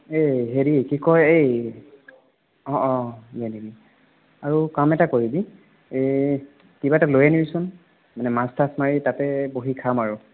এই হেৰি কি কয় এই অঁ অঁ লৈ আনিম আৰু কাম এটা কৰিবি এই কিবা এটা লৈ আনিবিচোন মানে মাছ তাছ মাৰি তাতে বহি খাম আৰু